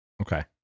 okay